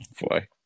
Boy